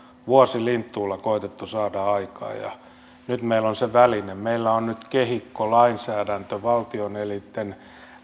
vuosilinttuulla koetettu saada aikaan ja nyt meillä on se väline meillä on nyt kehikkolainsäädäntö valtioelinten